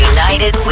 United